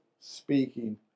speaking